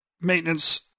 maintenance